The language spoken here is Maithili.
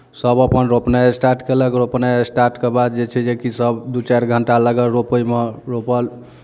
सभ अपन रोपनाय स्टार्ट कयलक रोपनाय स्टार्टके बाद जे छै जेकि सभ दू चारि घण्टा लागल रोपयमे रोपल